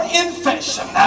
infection